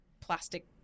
plastic